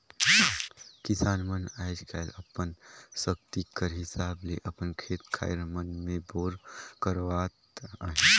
किसान मन आएज काएल अपन सकती कर हिसाब ले अपन खेत खाएर मन मे बोर करवात अहे